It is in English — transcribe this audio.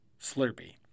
Slurpee